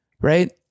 right